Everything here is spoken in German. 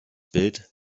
bild